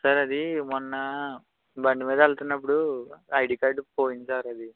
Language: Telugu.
సార్ అదీ మొన్న బండి మీద వెళ్తున్నప్పుడు ఐడి కార్డ్ పోయింది సార్ అది